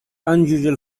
unusual